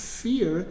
fear